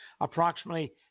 approximately